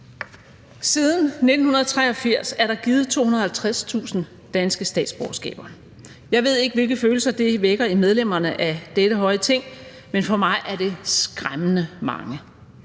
Siden 1983 er der givet 250.000 danske statsborgerskaber. Jeg ved ikke, hvilke følelser det vækker i medlemmerne af dette høje Ting, men for mig er det skræmmende mange.